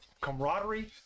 camaraderie